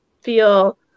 feel